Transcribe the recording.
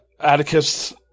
Atticus